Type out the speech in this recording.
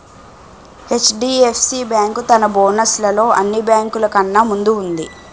HDFC bank తన bonus లలో అన్ని బేంకులు కన్నా ముందు వుంది